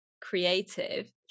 creative